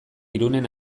irunen